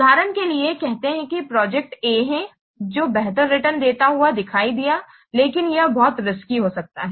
उदाहरण के लिए कहते हैं कि प्रोजेक्ट A है जो बेहतर रिटर्न देता हुआ दिखाई दिया लेकिन यह बहुत रिस्की हो सकता है